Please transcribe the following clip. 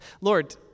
Lord